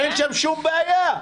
אין שם שום בעיה.